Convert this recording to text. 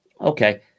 Okay